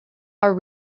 our